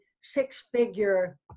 six-figure